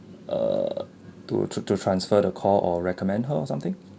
err to to transfer the call or recommend her or something